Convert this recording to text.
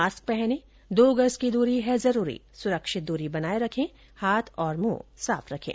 mask पहनें दो गज की दूरी है जरूरी सुरक्षित दूरी बनाए रखे हाथ और मुंह साफ रखें